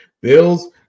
Bills